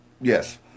Yes